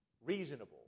reasonable